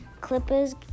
Clippers